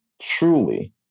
truly